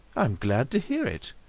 i am glad to hear it.